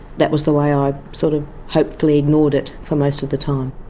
that was the way i sort of hopefully ignored it for most of the time.